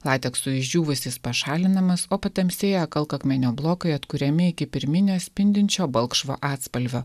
lateksui išdžiūvus jis pašalinamas o patamsėję kalkakmenio blokai atkuriami iki pirminio spindinčio balkšvo atspalvio